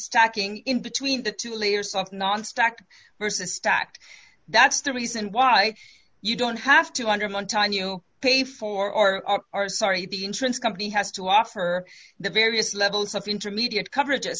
stacking in between the two layers something non stock versus stacked that's the reason why you don't have two hundred and one time you pay for r r sorry the insurance company has to offer the various levels of intermediate coverage